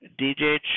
DJ